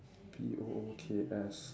B O O K S